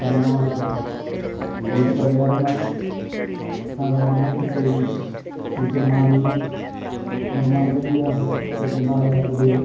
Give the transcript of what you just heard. പ്രധാനമായ പ്രശ്നങ്ങൾ ഇവയ്ക്കു പരിഹാരമായി സാധാരണയായി ചെയ്യുന്നത് കൃത്യം മാലിന്യം നിർമ്മാർജ്ജനം ചെയ്യാനുള്ള കൃത്യമായ പദ്ധതികളും